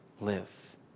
live